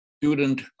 student